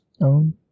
own